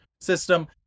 system